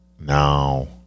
now